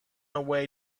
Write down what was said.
away